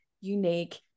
unique